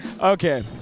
okay